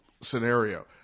scenario